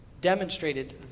demonstrated